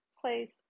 place